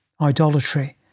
idolatry